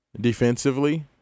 defensively